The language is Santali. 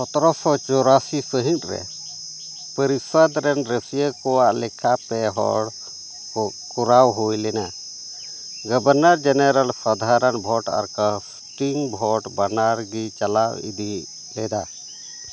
ᱥᱚᱛᱨᱚᱥᱚ ᱪᱩᱨᱟᱥᱤ ᱥᱟᱹᱦᱤᱛ ᱨᱮ ᱯᱚᱨᱤᱥᱚᱫᱽ ᱨᱮᱱ ᱨᱟᱹᱥᱭᱟᱹ ᱠᱚᱣᱟᱜ ᱞᱮᱠᱷᱟ ᱯᱮ ᱦᱚᱲ ᱠᱚ ᱠᱚᱨᱟᱣ ᱦᱩᱭᱞᱮᱱᱟ ᱜᱚᱵᱷᱚᱨᱚᱱᱚᱨ ᱡᱮᱱᱟᱨᱮᱞ ᱥᱟᱫᱷᱟᱨᱚᱱ ᱵᱷᱳᱴ ᱟᱨ ᱠᱟᱥᱴᱤᱝ ᱵᱷᱳᱴ ᱵᱟᱱᱟᱨ ᱜᱮ ᱪᱟᱞᱟᱣ ᱤᱫᱤ ᱞᱮᱫᱟ